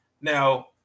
Now